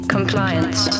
Compliance